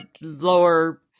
lower